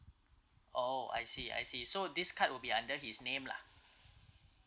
oh I see I see so this card will be under his name lah